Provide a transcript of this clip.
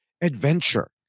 adventure